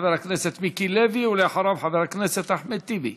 חבר הכנסת מיקי לוי, ואחריו, חבר הכנסת אחמד טיבי.